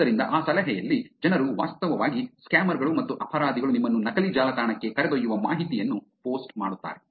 ಆದ್ದರಿಂದ ಆ ಸಲಹೆಯಲ್ಲಿ ಜನರು ವಾಸ್ತವವಾಗಿ ಸ್ಕ್ಯಾಮರ್ ಗಳು ಮತ್ತು ಅಪರಾಧಿಗಳು ನಿಮ್ಮನ್ನು ನಕಲಿ ಜಾಲತಾಣಕ್ಕೆ ಕರೆದೊಯ್ಯುವ ಮಾಹಿತಿಯನ್ನು ಪೋಸ್ಟ್ ಮಾಡುತ್ತಾರೆ